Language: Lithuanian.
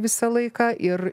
visą laiką ir